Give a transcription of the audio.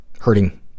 hurting